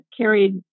carried